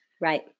Right